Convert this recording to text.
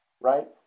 right